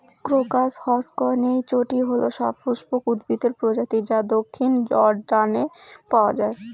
crocus হসকনেইচটি হল সপুষ্পক উদ্ভিদের প্রজাতি যা দক্ষিণ জর্ডানে পাওয়া য়ায়